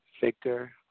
Victor